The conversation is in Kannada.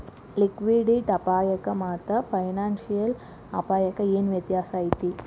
ಲಿಕ್ವಿಡಿಟಿ ಅಪಾಯಕ್ಕಾಮಾತ್ತ ಫೈನಾನ್ಸಿಯಲ್ ಅಪ್ಪಾಯಕ್ಕ ಏನ್ ವ್ಯತ್ಯಾಸೈತಿ?